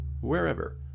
wherever